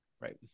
Right